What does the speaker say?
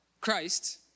Christ